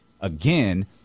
again